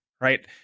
right